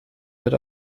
wird